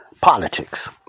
Politics